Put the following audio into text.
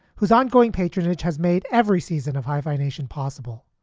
whose ongoing patronage has made every season of high vibration possible.